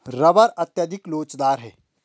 rubber अत्यधिक लोचदार है